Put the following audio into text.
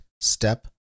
step